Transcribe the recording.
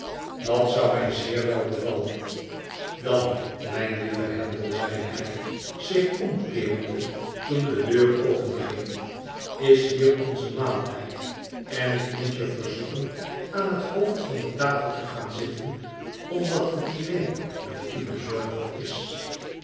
dat zou mij zeer wel bevallen dan mijn lieve handel zeide hij zich omkeerende toen de deur openging is hier onze maaltijd en ik moet je verzoekenaan hethoofd van de tafel te gaan zitten omdat het diner door u bezorgd is